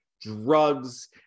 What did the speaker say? drugs